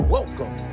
Welcome